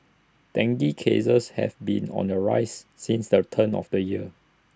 dengue cases have been on the rise since the turn of the year